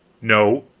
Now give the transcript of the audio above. no.